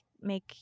make